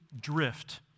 drift